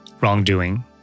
wrongdoing